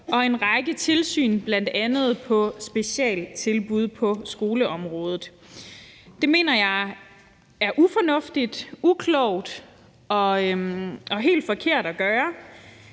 en række tilsyn, bl.a. med specialtilbud på skoleområdet. Det mener jeg er ufornuftigt, uklogt og helt forkert at gøre.